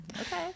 okay